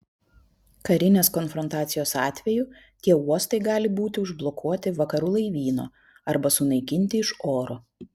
karinės konfrontacijos atveju tie uostai gali būti užblokuoti vakarų laivyno arba sunaikinti iš oro